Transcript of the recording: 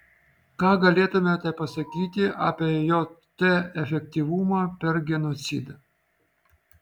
ką galėtumėte pasakyti apie jt efektyvumą per genocidą